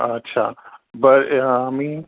अच्छा बरं मी